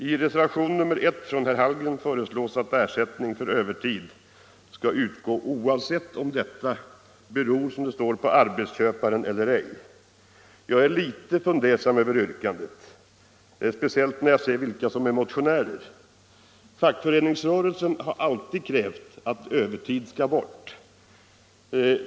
I reservationen 1 av herr Hallgren föreslås att ersättning för övertid skall utgå oavsett om övertidsarbetet, som det står, förorsakas av arbetsgivaren eller ej. Jag blev litet fundersam över yrkandet, speciellt när jag ser vilka som är motionärer. Fackföreningsrörelsen har alltid krävt att övertid skall bort.